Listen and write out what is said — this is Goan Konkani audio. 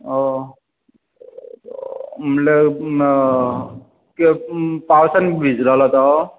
हय म्हणल्यार पावसान भिजलेलो तो